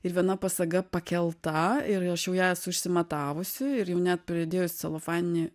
ir viena pasaga pakelta ir aš jau ją esu išsimatavusi ir jau net pridėjus celofaninį